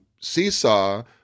seesaw